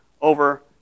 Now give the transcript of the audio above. over